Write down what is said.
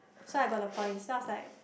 so I got the points then I was like